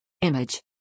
Image